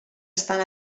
estan